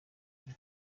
kuri